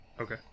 Okay